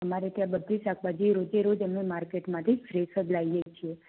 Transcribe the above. મારે ત્યાં બધી શાકભાજી રોજેરોજ અમે માર્કેટમાંથી ફ્રેશ જ લાઈએ છીએ